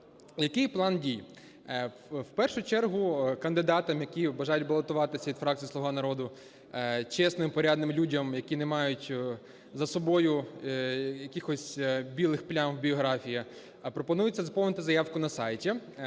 Який план дій? В першу чергу кандидатам, які бажають балотуватися від фракції "Слуга народу", чесним і порядним людям, які не мають за собою якихось білих плям в біографії, пропонується заповнити заявку на сайті.